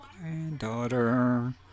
granddaughter